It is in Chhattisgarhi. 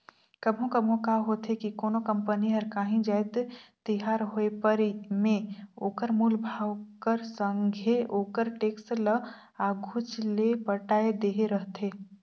कभों कभों का होथे कि कोनो कंपनी हर कांही जाएत तियार होय पर में ओकर मूल भाव कर संघे ओकर टेक्स ल आघुच ले पटाए देहे रहथे